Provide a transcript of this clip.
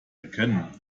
erkennen